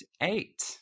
eight